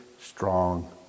strong